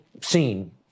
scene